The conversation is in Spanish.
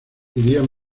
iría